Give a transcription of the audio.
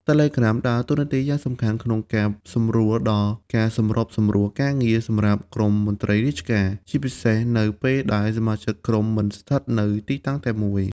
Telegram ដើរតួនាទីយ៉ាងសំខាន់ក្នុងការសម្រួលដល់ ការសម្របសម្រួលការងារ សម្រាប់ក្រុមមន្ត្រីរាជការ ជាពិសេសនៅពេលដែលសមាជិកក្រុមមិនស្ថិតនៅទីតាំងតែមួយ។